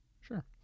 Sure